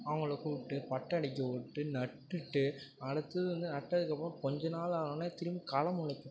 அவங்கள கூப்பிட்டு பட்டை அடிக்க விட்டு நட்டுவிட்டு அடுத்தது வந்து நட்டதுக்கு அப்புறம் கொஞ்சம் நாள் ஆனவொன்னே திரும்பி களை முளைக்கும்